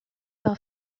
par